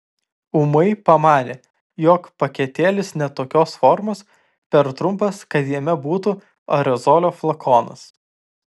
ūmai pamanė jog paketėlis ne tokios formos per trumpas kad jame būtų aerozolio flakonas